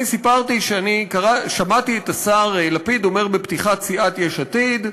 אני סיפרתי ששמעתי את השר לפיד אומר בפתיחת ישיבת סיעת יש עתיד,